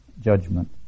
judgment